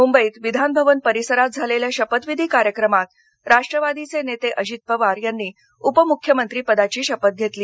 मुंबईत विधान भवन परिसरात झालेल्या शपथविधी कार्यक्रमात राष्टवादीचे नेते अजित पवार यांनी उपमुख्यमंत्रीपदाची शपथ घेतली